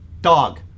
dog